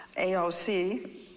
AOC